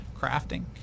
crafting